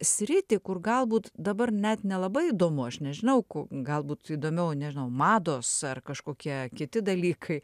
sritį kur galbūt dabar net nelabai įdomu aš nežinau ko galbūt įdomiau nežinau mados ar kažkokie kiti dalykai